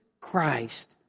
Christ